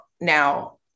Now